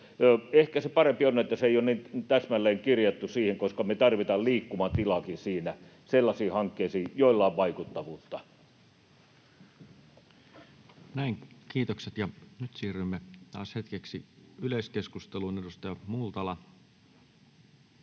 ehkä parempi on, että se ei ole niin täsmälleen kirjattu siihen, koska me tarvitaan liikkumatilaakin siinä sellaisiin hankkeisiin, joilla on vaikuttavuutta. [Speech 339] Speaker: Toinen varapuhemies Juho Eerola Party: